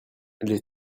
les